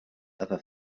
other